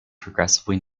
progressively